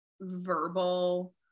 verbal